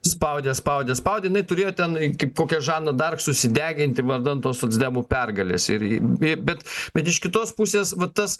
spaudė spaudė spaudė jinai turėjo ten kaip kokia žana dark susideginti vardan tos socdemų pergalės ir i i bet bet iš kitos pusės va tas